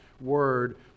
word